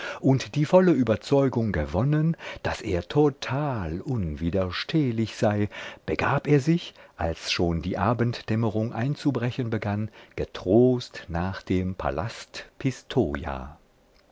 und die volle überzeugung gewonnen daß er total unwiderstehlich sei begab er sich als schon die abenddämmerung einzubrechen begann getrost nach dem palast